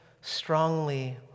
strongly